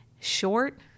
short